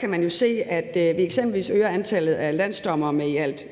kan man jo se, at vi eksempelvis øger antallet af landsdommere med i alt